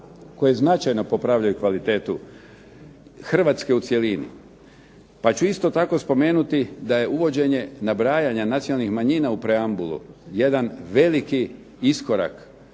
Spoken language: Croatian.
koje značajno popravljaju kvalitetu Hrvatske u cjelini. Pa ću isto tako spomenuti da je uvođenje nabrajanja nacionalnih manjina u preambulu jedan veliki iskorak